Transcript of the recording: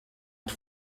het